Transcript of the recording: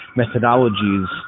methodologies